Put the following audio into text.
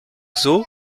zoo